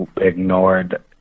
ignored